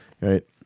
right